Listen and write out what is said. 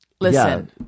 Listen